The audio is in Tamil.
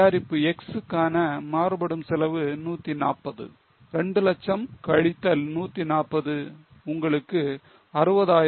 தயாரிப்பு X க்கான மாறுபடும் செலவு 140 2 00000 கழித்தல் 140 உங்களுக்கு 60000 contribution னை தருகிறது இதே மாதிரி Y க்கான மொத்த மாறுபடும் செலவு 190 மற்றும் contribution 210 Z க்கான contribution 75